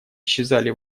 исчезали